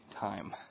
time